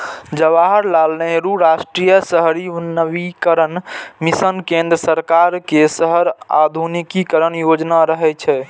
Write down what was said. जवाहरलाल नेहरू राष्ट्रीय शहरी नवीकरण मिशन केंद्र सरकार के शहर आधुनिकीकरण योजना रहै